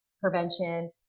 prevention